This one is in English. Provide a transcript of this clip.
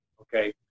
Okay